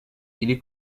iri